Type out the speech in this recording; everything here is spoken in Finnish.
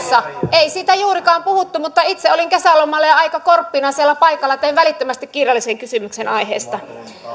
ei siitä juurikaan puhuttu mutta itse olin kesälomalla ja aika korppina siellä paikalla tein välittömästi kirjallisen kysymyksen aiheesta